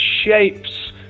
shapes